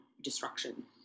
destruction